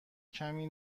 کمی